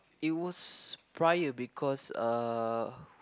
it was prior because uh